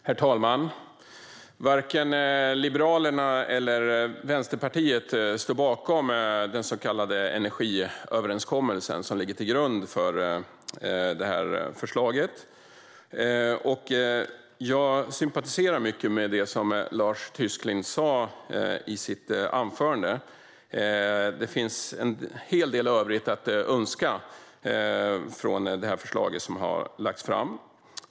Herr talman! Varken Liberalerna eller Vänsterpartiet står bakom den så kallade energiöverenskommelse som ligger till grund för detta förslag. Jag sympatiserar mycket med det som Lars Tysklind sa i sitt anförande. Det finns en hel del övrigt att önska av det förslag som har lagts fram.